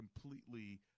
completely